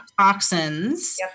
toxins